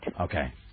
Okay